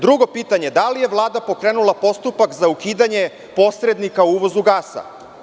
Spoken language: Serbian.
Drugo pitanje – da li je Vlada pokrenula postupak za ukidanje posrednika u uvozu gasa?